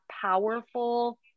powerful